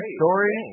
story